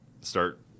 start